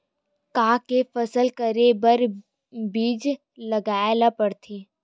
का के फसल करे बर बीज लगाए ला पड़थे?